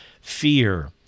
Fear